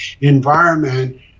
environment